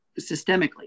systemically